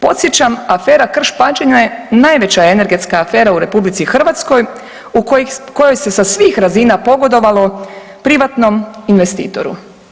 Podsjećam, afera Krš-Pađene najveća je energetska afera u RH u kojoj se sa svih razina pogodovalo privatnom investitoru.